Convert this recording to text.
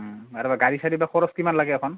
আৰু গাড়ী চাৰি বা খৰচ কিমান লাগে এখন